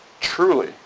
truly